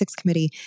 committee